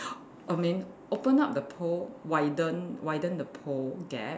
I mean open up the pole widen widen the pole gap